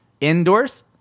Indoors